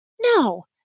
no